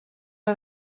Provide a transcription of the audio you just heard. nhw